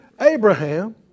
Abraham